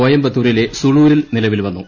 കോയമ്പത്തൂരിലെ സുളൂരിൽ നിലവിൽ വന്നു